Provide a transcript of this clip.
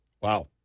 Wow